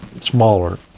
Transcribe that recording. smaller